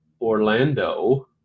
Orlando